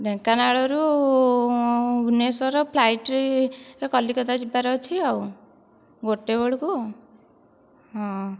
ଢେଙ୍କାନାଳରୁ ଭୁବନେଶ୍ୱର ଫ୍ଲାଇଟରେ କଲିକତା ଯିବାର ଅଛି ଆଉ ଗୋଟାଏ ବେଳକୁ ହଁ